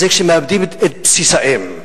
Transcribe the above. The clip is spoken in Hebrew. זה כשמאבדים את בסיס האם.